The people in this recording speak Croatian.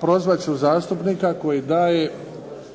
prozvati ću zastupnika koji daje